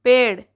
पेड़